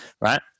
right